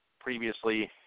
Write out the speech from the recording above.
Previously